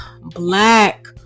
black